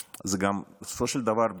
בסופו של דבר,